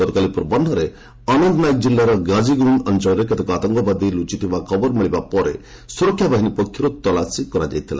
ଗତକାଲି ପୂର୍ବାହ୍ନରେ ଅନନ୍ତନାଗ ଜିଲ୍ଲାର ଗାଜିଗୁଣ୍ଡ ଅଞ୍ଚଳରେ କେତେକ ଆତଙ୍କବାଦୀ ଲୁଚିଥିବା ଖବର ମିଳିବା ପରେ ସୁରକ୍ଷା ବାହିନୀ ପକ୍ଷରୁ ତଲାସୀ କରାଯାଇଥିଲା